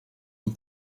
and